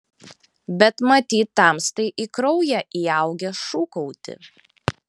bet matyt tamstai į kraują įaugę šūkauti